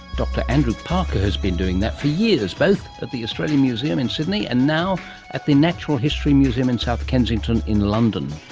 dr andrew parker has been doing that for years, both at the australian museum in sydney and now at the natural history museum in south kensington in london.